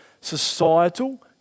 societal